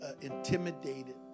intimidated